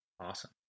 awesome